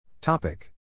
Topic